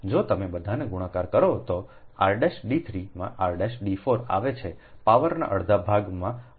જો તમે બધાને ગુણાકાર કરો તો તે rd3 માં r'd4 આવે છે પાવરના અડધા ભાગમાં ગુણાકાર અને સરળ બનાવ્યા પછી તમને આ મળશે